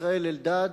ישראל אלדד,